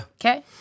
Okay